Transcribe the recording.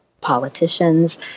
politicians